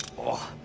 all